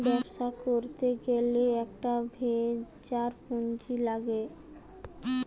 ব্যবসা করতে গ্যালে একটা ভেঞ্চার পুঁজি লাগছে